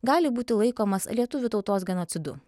gali būti laikomas lietuvių tautos genocidu